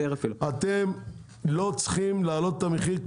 אתם לא צריכים להעלות את המחיר,